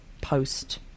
post